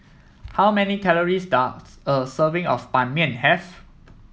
how many calories does a serving of Ban Mian have